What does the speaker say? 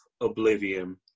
oblivion